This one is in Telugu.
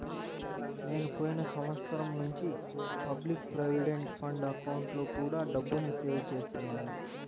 నేను పోయిన సంవత్సరం నుంచి పబ్లిక్ ప్రావిడెంట్ ఫండ్ అకౌంట్లో కూడా డబ్బుని సేవ్ చేస్తున్నాను